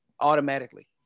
automatically